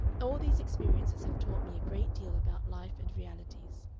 all these experiences have taught me a great deal about life and realities.